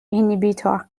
inhibitor